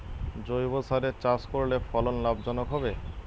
জৈবসারে চাষ করলে ফলন লাভজনক হবে?